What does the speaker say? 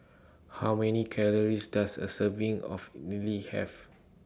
How Many Calories Does A Serving of Idly Have